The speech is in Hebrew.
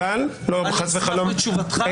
אבל --- אני אשמח לתשובתך,